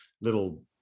little